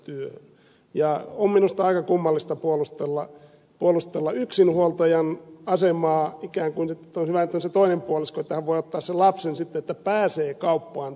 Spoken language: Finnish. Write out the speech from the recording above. on minusta aika kummallista puolustella yksinhuoltajan asemaa ikään kuin sillä että on hyvä että on se toinen puolisko että hän voi ottaa sen lapsen sitten että pääsee kauppaan töihin